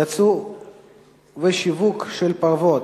ייצוא ושיווק של פרוות),